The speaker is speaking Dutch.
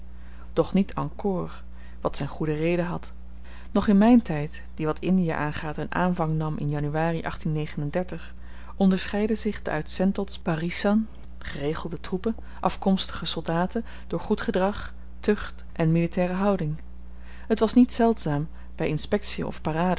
doch niet en corps wat zyn goede reden had nog in myn tyd die wat indie aangaat een aanvang nam in januari onderscheidde zich de uit sentot's barissan geregelde troepen afkomstige soldaten door goed gedrag tucht en militaire houding het was niet zeldzaam by inspektien of parades